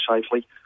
safely